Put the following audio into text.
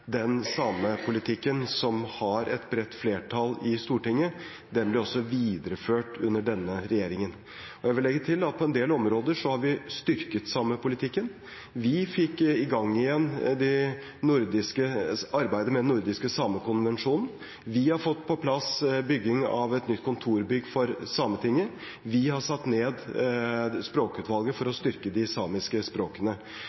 den samepolitikken som har et bredt flertall i Stortinget, også blir videreført under denne regjeringen. Jeg vil legge til at vi på en del områder har styrket samepolitikken. Vi fikk i gang igjen arbeidet med den nordiske samekonvensjonen, vi har fått på plass bygging av et nytt kontorbygg for Sametinget, og vi har satt ned et språkutvalg for